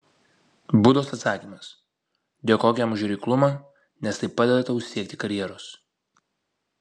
budos atsakymas dėkok jam už reiklumą nes tai padeda tau siekti karjeros